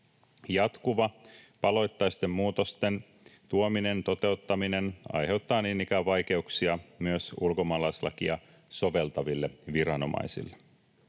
Jatkuva paloittaisten muutosten tuominen, toteuttaminen aiheuttaa niin ikään vaikeuksia myös ulkomaalaislakia soveltaville viranomaisille.